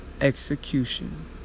Execution